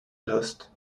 last